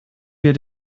wir